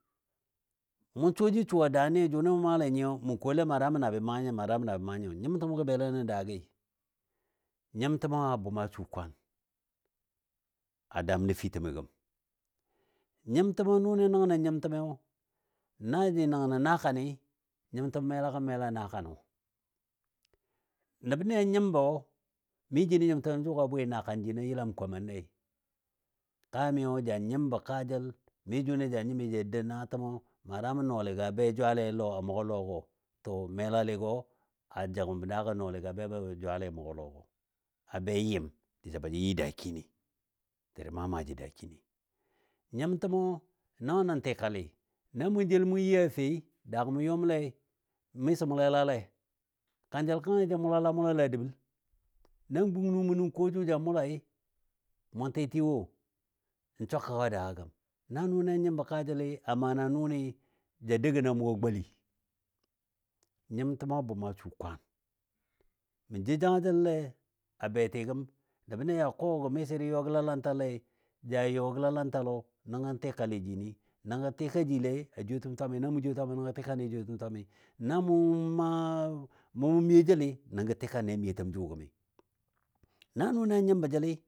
mʊn suwa ji suwa da ni jʊni mʊ maalɛ nyi mən kolɛi ma dama na bə maa nyɔ ma dama na bə maa nyɔ, nyɨmtəm gə bele nən daagi, Nyimtəmɔ a bʊm a su kwaan a daam nafitəmɔ gəm nyimtəmɔ nʊni nəngnɔ nyimtəmiyo na jə nəngnɔ naakani nyimtəmɔ mela gəm mela naakanɔ, nəbnɨ a nyɨmbɔ mi ji nən nyimtəmɨ jʊ a bwɨ naakan jinɔ yəlan komannɛi. Kaamɨ ja nyimbɔ kaajəl mi jʊni ja nyimi ja dou nɔɔtəmɔ ma dama nɔɔga be jwalɛ a lɔ a mʊgɔ lɔgɔ. To melalɨgɔ a jəg bəm daagɔ nɔɔligɔ a bɛbɔ jwale a mʊgɔ lɔgɔ, a bɛ yɨm diso ba jə yɨ dakini tədə maa maaji dakini. Nyimtəmɔ nəngən nə tɨkalɨ. Na mʊ jel mʊ yi a fei daagɔ mʊ yɔmle miso mʊ lelale kanjəlɔ kənkəni ja mʊlala mʊlala a dəbəl nan gung nu mʊnɔ ko jʊ da mʊlai mʊn tɨtɨ wo n swa kəgga wo daagɔ gəm nan nʊni a nyimbɔ kaajəli a mana nʊni ja dougən a mʊgɔ goli. Nyimtəma bʊma su kwaan, mə jou jangajəle a beti gəm, nəbnɨ ja kɔ ga miso də yɔ gəlalantale, ja yɔ gəlalantalɔ nəngɔ tikali jini. Nəngɔ tika jile a jwiyetəm twmami, na mʊ jwiye twami nəngɔ tikanle. Na mʊ ma miyo jəli nəngɔ tikanle miyotəm jʊgɔ gəm na nʊnɨ a nyimbɔ jəli